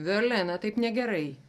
violena taip negerai